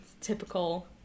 typical